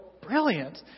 brilliant